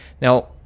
Now